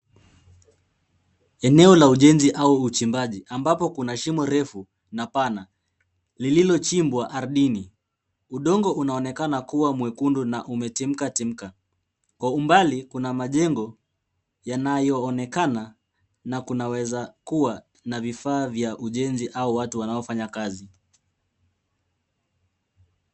Eneo la ujenzi au uchimbaji ambapo kuna shimo refu na pana lililochimbwa ardhini. Udongo unaonekana kuwa mwekundu na umetimkatimka. Kwa umbali kuna majengo yanayoonekana na kunaweza kuwa na vifaa vya ujenzi au watu wanaofanya kazi.